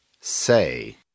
Say